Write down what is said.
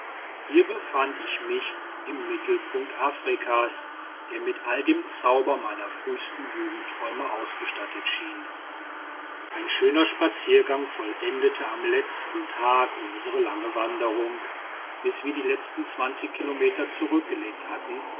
hier befand ich mich im mittelpunkt afrikas der mit all dem zauber meiner frühesten jugendträume ausgestattet schien ein schöner spaziergang vollendete am letzten tag unsere lange wanderung bis wir die letzten kilometer zurückgelegt hatten